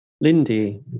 Lindy